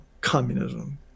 communism